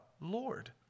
Lord